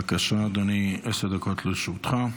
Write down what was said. בבקשה, אדוני, עשר דקות לרשותך.